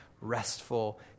restful